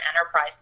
enterprise